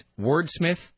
wordsmith